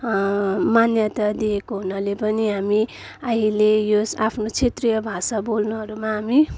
मान्यता दिएको हुनाले पनि हामी अहिले यो आफ्नो क्षेत्रीय भाषा बोल्नहरूमा हामी